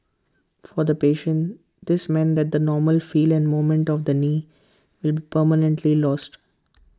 for the patient this means that the normal feel and movement of the knee will be permanently lost